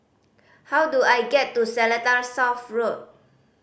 how do I get to Seletar South Road